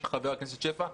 חבר הכנסת שפע,